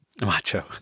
macho